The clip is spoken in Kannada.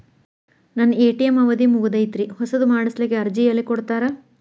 ನನ್ನ ಎ.ಟಿ.ಎಂ ಅವಧಿ ಮುಗದೈತ್ರಿ ಹೊಸದು ಮಾಡಸಲಿಕ್ಕೆ ಅರ್ಜಿ ಎಲ್ಲ ಕೊಡತಾರ?